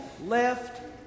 left